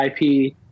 IP